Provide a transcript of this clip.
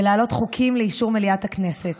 ולהעלות חוקים לאישור מליאת הכנסת.